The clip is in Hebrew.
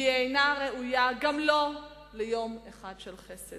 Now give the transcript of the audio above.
והיא אינה ראויה גם לא ליום אחד של חסד.